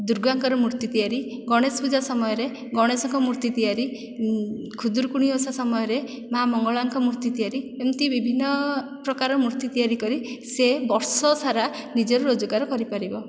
ଦୁର୍ଗାଙ୍କର ମୂର୍ତ୍ତି ତିଆରି ଗଣେଶ ପୂଜା ସମୟରେ ଗଣେଶଙ୍କ ମୂର୍ତ୍ତି ତିଆରି ଖୁଦୁରୁକୁଣୀ ଓଷା ସମୟରେ ମା' ମଙ୍ଗଳାଙ୍କ ମୂର୍ତ୍ତି ତିଆରି ଏମିତି ବିଭିନ୍ନ ପ୍ରକାରର ମୂର୍ତ୍ତି ତିଆରି କରି ସିଏ ବର୍ଷ ସାରା ନିଜର ରୋଜଗାର କରିପାରିବ